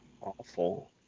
Awful